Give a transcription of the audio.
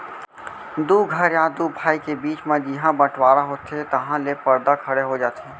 दू घर या दू भाई के बीच म जिहॉं बँटवारा होथे तहॉं ले परदा खड़े हो जाथे